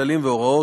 כללים והוראות).